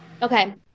Okay